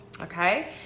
okay